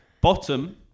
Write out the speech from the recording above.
bottom